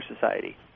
society